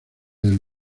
del